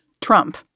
Trump